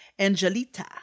Angelita